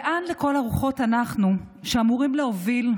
לאן, לכל הרוחות, אנחנו, שאמורים להוביל,